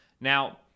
now